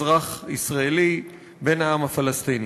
אזרח ישראלי בן העם הפלסטיני.